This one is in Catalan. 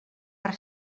per